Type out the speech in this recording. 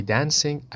Dancing